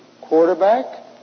quarterback